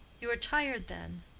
you are tired, then.